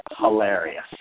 hilarious